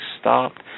stopped